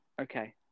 okay